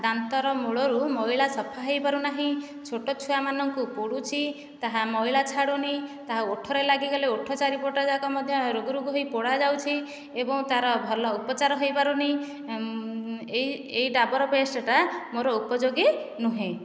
ଦାନ୍ତର ମୂଳରୁ ମଇଳା ସଫା ହୋଇ ପାରୁନାହିଁ ଛୋଟ ଛୁଆମାନଙ୍କୁ ପୋଡ଼ୁଛି ତାହା ମଇଳା ଛାଡ଼ୁନି ତାହା ଓଠରେ ଲାଗିଗଲେ ଓଠ ଚାରିପଟ ଯାକ ମଧ୍ୟ ରୁଗୁ ରୁଗୁ ହୋଇ ପୋଡ଼ାଯାଉଛି ଏବଂ ତାର ଭଲ ଉପଚାର ହୋଇପାରୁନି ଏହି ଏହି ଡାବର ପେଷ୍ଟଟା ମୋର ଉପଯୋଗୀ ନୁହେଁ